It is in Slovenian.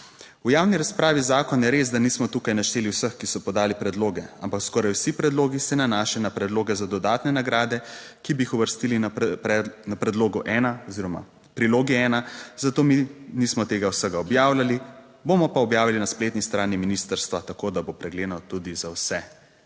"V javni razpravi zakona je res, da nismo tukaj našteli vseh, ki so podali predloge, ampak skoraj vsi predlogi se nanaša na predloge za dodatne nagrade, ki bi jih uvrstili na predlogu ena oziroma v prilogi ena, zato mi nismo tega vsega objavljali, bomo pa objavili na spletni strani ministrstva, tako da bo pregledno tudi za vse."